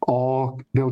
o dėl